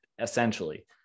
essentially